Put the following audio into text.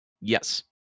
Yes